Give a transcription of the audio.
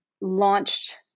launched